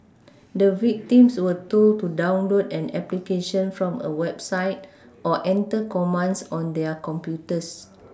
the victims were told to download an application from a website or enter commands on their computers